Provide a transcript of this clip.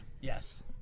Yes